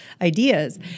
ideas